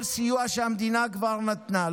כל סיוע שהמדינה כבר נתנה,